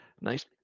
nice